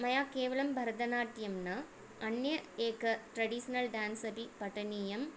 मया केवलं भरतनाट्यं न अन्य एकं ट्रेडिस्नल् ड्यान्स् अपि पठनीयम्